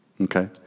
Okay